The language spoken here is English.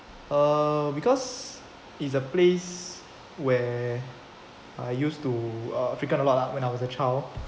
uh because it's a place where I used to uh frequent a lot lah when I was a child